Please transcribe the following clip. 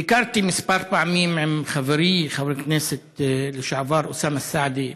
ביקרתי כמה פעמים עם חברי חבר הכנסת לשעבר אוסאמה סעדי,